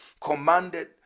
commanded